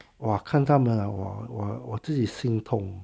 哇看他们啊我我我自己心痛